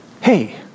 Hey